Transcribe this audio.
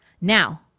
Now